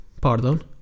pardon